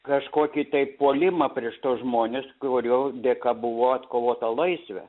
kažkokį tai puolimą prieš tuos žmones kurių dėka buvo atkovota laisvė